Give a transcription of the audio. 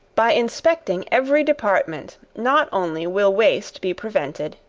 by inspecting every department, not only will waste be prevented,